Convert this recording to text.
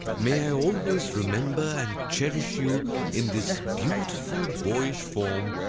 may i always remember and cherish you in this beautiful boyish form,